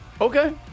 Okay